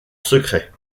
secret